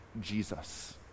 Jesus